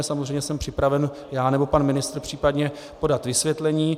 Samozřejmě jsem připraven já nebo pan ministr případně podat vysvětlení.